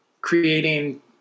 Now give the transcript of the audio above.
creating